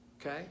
okay